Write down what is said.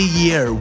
year